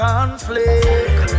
Conflict